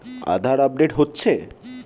আধার update হচ্ছে?